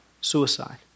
suicide